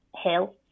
hill